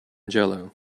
jello